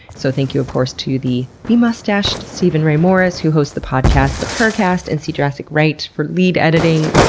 so thank you of course to the bemustached steven ray morris who hosts the podcasts the purrrcast and see jurassic right for lead editing.